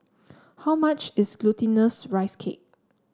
how much is Glutinous Rice Cake